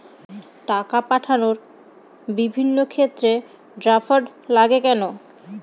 টাকা পাঠানোর বিভিন্ন ক্ষেত্রে ড্রাফট লাগে কেন?